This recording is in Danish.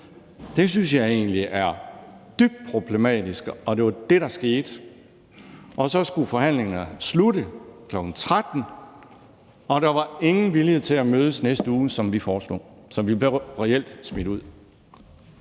dem, synes jeg egentlig er dybt problematisk, og det var det, der skete. Så skulle forhandlingerne slutte kl. 13, og der var ingen vilje til at mødes næste uge, som vi foreslog. Så vi blev reelt smidt ud.